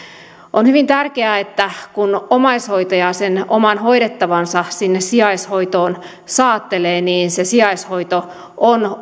on hyvin tärkeää että kun omaishoitaja sen oman hoidettavansa sinne sijaishoitoon saattelee niin se sijaishoito on